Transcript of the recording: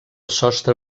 sostre